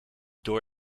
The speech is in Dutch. door